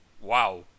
wow